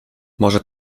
może